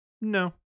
No